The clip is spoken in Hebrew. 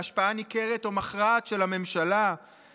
בהשפעה ניכרת או מכרעת של הממשלה)",